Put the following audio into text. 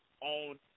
on